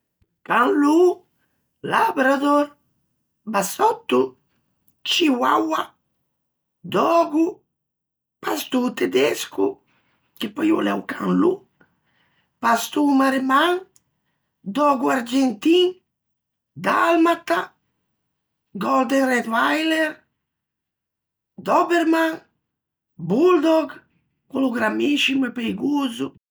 Can lô, labrador, bassòtto, chihuahua, dögo, pastô tedesco, che pöi o l'é o can lô, pastô maremman, dögo argentin, dalmata, golden retwiler, dobermann, buldog, quello grammiscimo e peigoso.